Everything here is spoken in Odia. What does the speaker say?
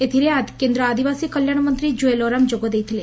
ଏଥିରେ କେନ୍ଦ୍ର ଆସିବାସୀ କଲ୍ୟାଶ ମନ୍ତୀ କୁଏଲ ଓରାମ ଯୋଗ ଦେଇଥିଲେ